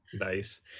Nice